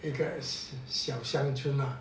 一个小乡村啦